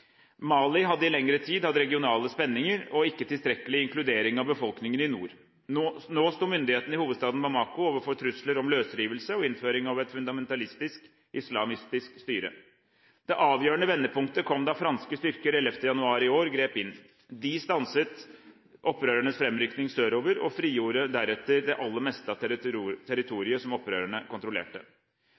Mali hadde i lengre tid hatt regionale spenninger og ikke tilstrekkelig inkludering av befolkningen i nord. Nå sto myndighetene i hovedstaden Bamako overfor trusler om løsrivelse og innføring av et fundamentalistisk, islamistisk styre. Det avgjørende vendepunktet kom da franske styrker 11. januar i år grep inn. De stanset opprørernes fremrykking sørover og frigjorde deretter det aller meste av territoriet som opprørerne kontrollerte.